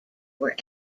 were